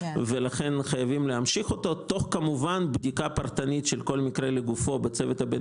כמובן תוך כדי בדיקה פרטנית בצוות הבין